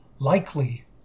Likely